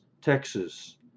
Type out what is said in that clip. Texas